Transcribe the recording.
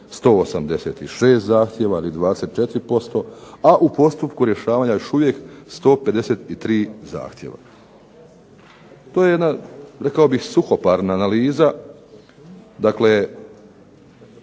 186 zahtjeva ili 24%, a u postupku rješavanja još uvijek 153 zahtjeva. To je jedna rekao bih suhoparna analiza, dakle